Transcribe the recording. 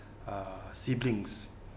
uh siblings